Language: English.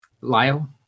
Lyle